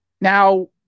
Now